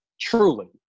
truly